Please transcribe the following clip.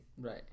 Right